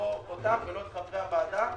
לא אותך ולא את חברי הוועדה.